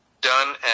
done